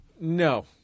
No